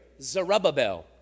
Zerubbabel